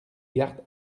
gardes